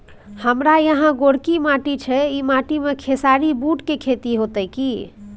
हमारा यहाँ गोरकी माटी छै ई माटी में खेसारी, बूट के खेती हौते की?